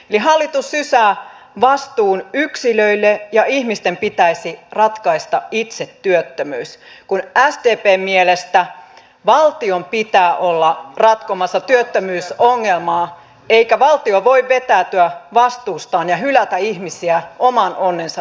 eli hallitus sysää vastuun yksilöille ja ihmisten pitäisi itse ratkaista työttömyys kun sdpn mielestä valtion pitää olla ratkomassa työttömyysongelmaa eikä valtio voi vetäytyä vastuustaan ja hylätä ihmisiä oman onnensa nojaan